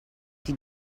die